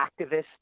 activist